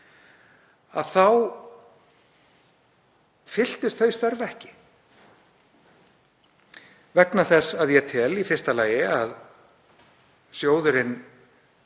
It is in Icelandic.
þá fylltust þau störf ekki vegna þess, að ég tel, í fyrsta lagi að sjóðurinn